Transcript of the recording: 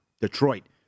Detroit